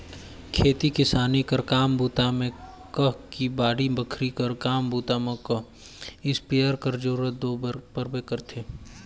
खेती किसानी कर काम बूता मे कह कि बाड़ी बखरी कर काम बूता मे कह इस्पेयर कर जरूरत दो परबे करथे